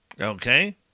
Okay